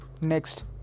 Next